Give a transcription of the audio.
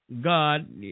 God